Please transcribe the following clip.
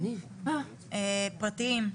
פרטיים.